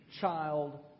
Child